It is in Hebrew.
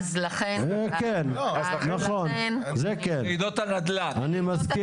אנחנו הערנו, ואני רוצה